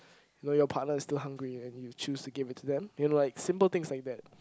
you know your partner is still hungry and you choose to give it to them and like simple things like that